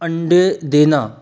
अंडे देना